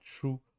true